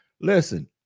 Listen